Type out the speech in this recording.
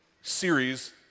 series